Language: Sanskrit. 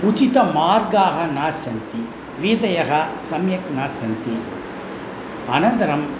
उचिताः मार्गाः न सन्ति वृत्तयः सम्यक् न सन्ति अनन्तरम्